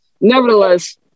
Nevertheless